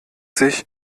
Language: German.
sich